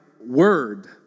word